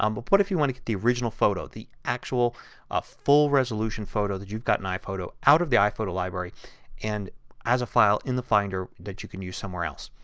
um but what if you want to get the original photo. the actual ah full resolution photo that you've got in iphoto out of the iphoto library and as a file in the finder that you can use somewhere else.